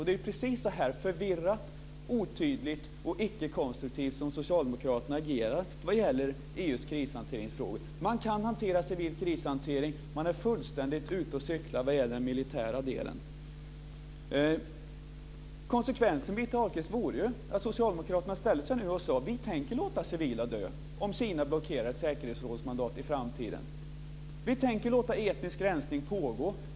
Det är precis så här förvirrat, otydligt och ickekonstruktivt som socialdemokraterna agerar vad gäller EU:s krishanteringsfrågor. Man kan hantera civil krishantering, men man är fullständigt ute och cyklar vad gäller den militära delen. Konsekvensen, Birgitta Ahlqvist, vore ju att socialdemokraterna nu sade: Vi tänker låta civila dö om Kina blockerar ett säkerhetsrådsmandat i framtiden. Vi tänker låta etnisk rensning pågå.